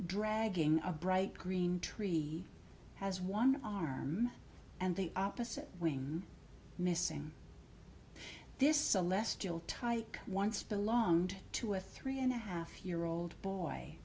dragging a bright green tree has one arm and the opposite wing missing this celestial tyke once belonged to a three and a half year old